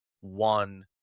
one